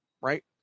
right